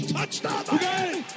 Touchdown